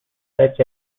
such